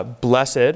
blessed